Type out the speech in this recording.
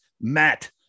Matt